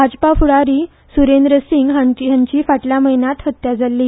भाजपा फुडारी सुरेंद्र सिंग हांची फाटल्या म्हयन्यांत हत्या जाल्ली